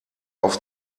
auf